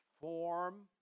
form